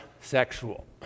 sexual